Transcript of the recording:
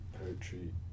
poetry